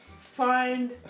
Find